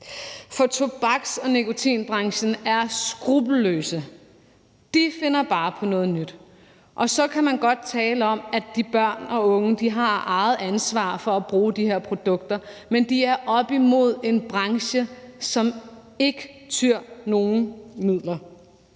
For tobaks- og nikotinbranchen er skruppelløs. De finder bare på noget nyt, og så kan man godt tale om, at børnene og de unge har eget ansvar for at bruge de her produkter, men de er oppe imod en branche, som ikke skyer nogen midler.